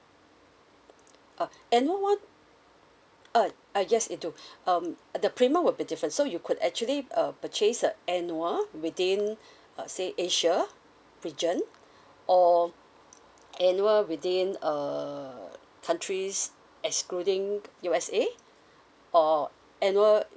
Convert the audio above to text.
uh annual one uh uh yes it do um the premium will be different so you could actually uh purchase a annual within uh say asia region or annual within uh countries excluding U_S_A or annual